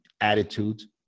attitudes